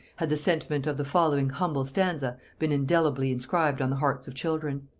had the sentiment of the following humble stanza been indelibly inscribed on the hearts of children.